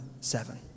Seven